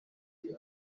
heard